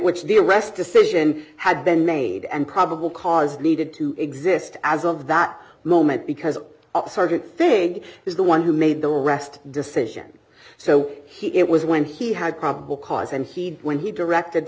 which the arrest decision had been made and probable cause needed to exist as of that moment because the sergeant thing is the one who made the arrest decision so he it was when he had probable cause and he did when he directed